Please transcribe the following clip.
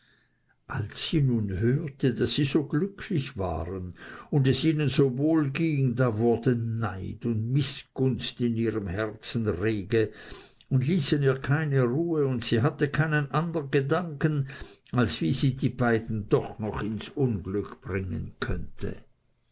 als sie nun hörte daß sie so glücklich waren und es ihnen so wohl ging da wurden neid und mißgunst in ihrem herzen rege und ließen ihr keine ruhe und sie hatte keinen andern gedanken als wie sie die beiden doch noch ins unglück bringen könnte